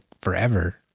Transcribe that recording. forever